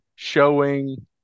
showing